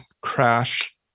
crash